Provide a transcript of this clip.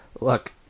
Look